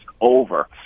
over